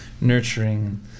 nurturing